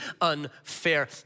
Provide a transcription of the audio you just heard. unfair